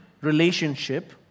relationship